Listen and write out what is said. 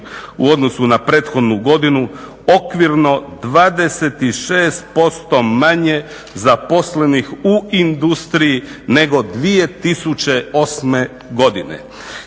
u odnosu na prethodnu godinu, okvirno 26% manje zaposlenih u industriji nego 2008.godine.